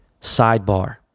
Sidebar